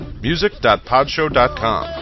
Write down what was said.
Music.podshow.com